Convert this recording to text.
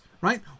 right